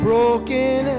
Broken